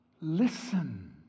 listen